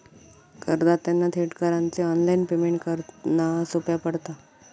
करदात्यांना थेट करांचे ऑनलाइन पेमेंट करना सोप्या पडता